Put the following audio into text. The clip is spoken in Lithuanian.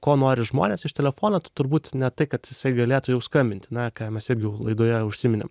ko nori žmonės iš telefono tai turbūt ne tai kad jisai galėtų jau skambinti na ką mes irgi jau laidoje užsiminėm